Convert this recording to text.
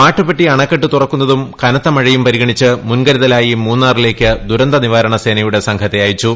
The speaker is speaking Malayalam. മാട്ടുപ്പെട്ടി അണക്കെട്ട് തുറക്കുന്നതും കനത്ത മഴയും പരിഗണിച്ച് മുൻകരുതലായി മുന്നാറിലേക്ക് ദുരന്തനിവാരണ സേനയുടെ സംഘത്തെ അയച്ചു